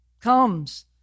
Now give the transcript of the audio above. comes